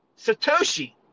Satoshi